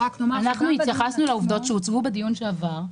אנחנו התייחסנו לעובדות שהוצגו בדיון שעבר.